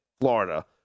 Florida